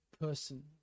person